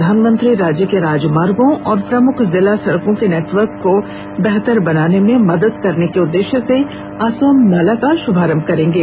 प्रधानमंत्री राज्य के राजमार्गो और प्रमुख जिला सड़कों के नेटवर्क को बेहतर बनाने में मदद करने के उद्देश्य से असोम माला का श्मारंभ करेंगे